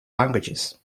languages